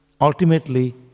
ultimately